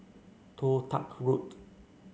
Toh Tuck Road